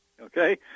Okay